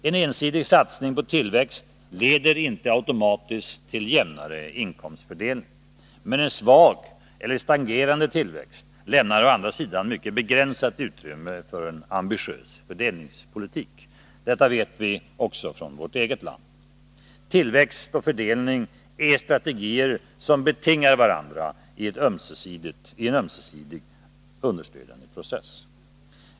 En ensidig satsning på tillväxt leder inte automatiskt till jämnare inkomstfördelning. Men en svag eller stagnerande tillväxt lämnar å andra sidan mycket begränsat utrymme för en ambitiös fördelningspolitik. Detta vet vi också från vårt eget land. Tillväxt och fördelning är strategier som betingar varandra i en ömsesidigt understödjande process.